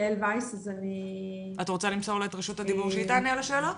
את רוצה למסור לה את רשות הדיבור שהיא תענה על השאלות?